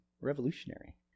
revolutionary